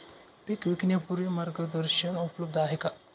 पीक विकण्यापूर्वी मार्गदर्शन उपलब्ध आहे का?